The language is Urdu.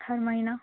ہر مہینہ